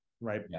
right